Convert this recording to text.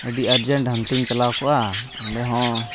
ᱟᱹᱰᱤ ᱟᱨᱡᱮᱱᱴ ᱦᱟᱱᱛᱮᱧ ᱪᱟᱞᱟᱣ ᱠᱚᱜᱼᱟ ᱚᱸᱰᱮ ᱦᱚᱸ